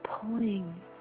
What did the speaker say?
pulling